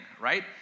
right